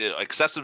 excessive